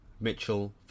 Mitchell